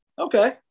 Okay